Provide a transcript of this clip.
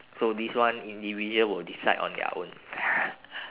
so this one individual will decide on their own